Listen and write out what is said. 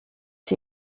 sie